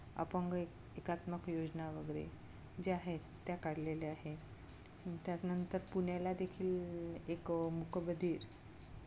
अपंग एक एकात्मिक योजना वगैरे जे आहेत त्या काढलेल्या आहेत त्याचनंतर पुण्याला देखील एक मुकबधीर